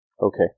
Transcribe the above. Okay